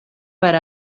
per